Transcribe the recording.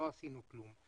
לא עשינו כלום.